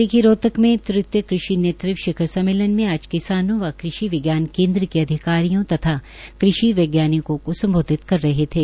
डा लिखी रोहतक मे तृतीय कृषि नेतृत्व शिखर सममेलन मे आज किसानों व कृषि विज्ञान केन्द्र के अधिकारियों तथा कृषि वैज्ञानिकों को सम्बोधित कर रहे थे